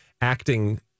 acting